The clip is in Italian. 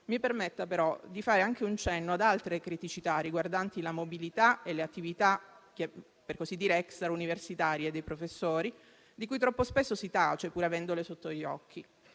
Mi permetta però di fare anche un cenno ad altre criticità riguardanti la mobilità e le attività extrauniversitarie dei professori, di cui troppo spesso si tace pur avendole sotto gli occhi.